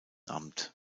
amt